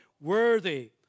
worthy